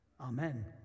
Amen